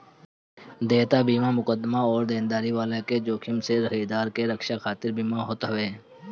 देयता बीमा मुकदमा अउरी देनदारी वाला के जोखिम से खरीदार के रक्षा खातिर बीमा होत हवे